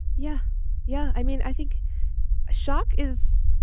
yeah yeah i mean i think shock is.